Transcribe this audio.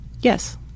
Yes